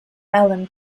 alan